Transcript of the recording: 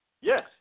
yes